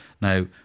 now